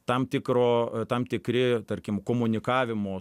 tam tikro tam tikri tarkim komunikavimo